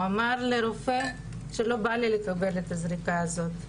הוא אמר לרופא שלא בא לו לקבל את הזריקה הזאת,